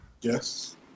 Yes